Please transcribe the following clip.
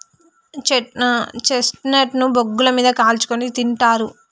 chestnut ను బొగ్గుల మీద కాల్చుకుని తింటారు